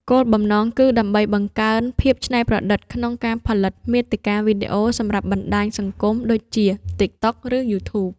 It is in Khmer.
គោលបំណងគឺដើម្បីបង្កើនភាពច្នៃប្រឌិតក្នុងការផលិតមាតិកាវីដេអូសម្រាប់បណ្ដាញសង្គមដូចជា តិក តុក ឬ យូធូប។